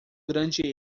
grande